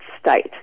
state